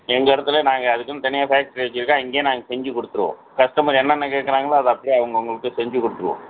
எங்கள் இடத்துல நாங்கள் அதுக்குன்னு தனியாக ஃபேக்ட்ரி வச்சிருக்கோம் அங்கேயே நாங்கள் செஞ்சுக் கொடுத்துருவோம் கஸ்டமர் என்னென்ன கேட்கறாங்களோ அதை அப்படியே அவுங்கவங்களுக்கு செஞ்சுக் கொடுத்துருவோம்